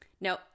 no